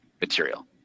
material